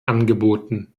angeboten